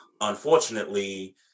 Unfortunately